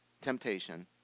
temptation